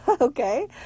Okay